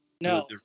No